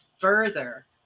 further